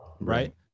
Right